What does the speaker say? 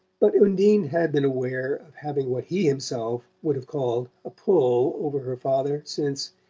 but undine had been aware of having what he himself would have called a pull over her father since,